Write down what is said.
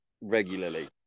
regularly